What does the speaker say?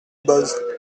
boz